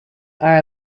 are